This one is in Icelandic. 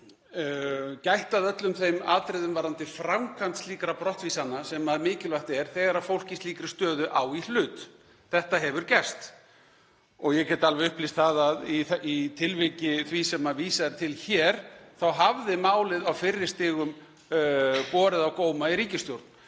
höfum gætt að öllum þeim atriðum varðandi framkvæmd slíkra brottvísana sem mikilvægt er þegar fólk í slíkri stöðu á í hlut. Þetta hefur gerst og ég get alveg upplýst að í tilviki því sem vísað er til hér þá hafði málið á fyrri stigum borið á góma í ríkisstjórn